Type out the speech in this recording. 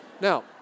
Now